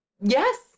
Yes